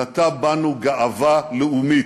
נטע בנו גאווה לאומית.